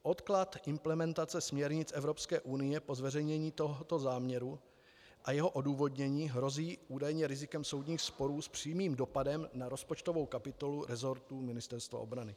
Odklad implementace směrnic EU po zveřejnění tohoto záměru a jeho odůvodnění hrozí údajně rizikem soudních sporů s přímým dopadem na rozpočtovou kapitolu resortu Ministerstva obrany.